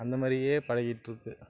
அந்த மாதிரியே பழகிட்டு இருக்குது